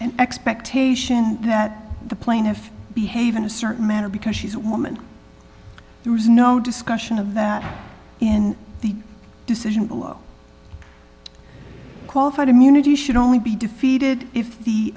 an expectation that the plaintiff behave in a certain manner because she's a woman there was no discussion of that and the decision below qualified immunity should only be defeated if the